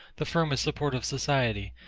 the firmest support of society,